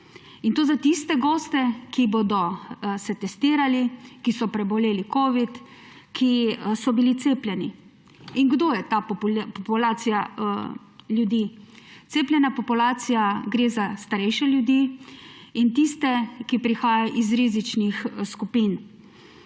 in to za tiste goste, ki bodo se testirali, ki so preboleli covid, ki so bili cepljeni. In kdo je ta populacija ljudi? Cepljena populacija − gre za starejše ljudi in tiste, ki prihajajo iz rizičnih skupin.